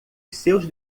seus